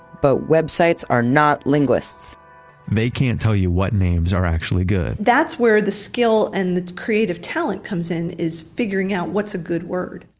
but websites are not linguists they can't tell you what names are actually good that's where the skill and the creative talent comes in, it's figuring out what's a good word.